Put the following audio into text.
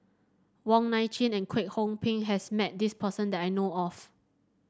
Wong Nai Chin and Kwek Hong Png has met this person that I know of